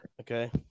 Okay